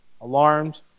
alarmed